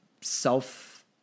self